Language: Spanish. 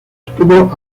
estuvo